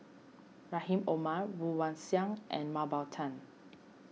Rahim Omar Woon Wah Siang and Mah Bow Tan